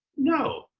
no,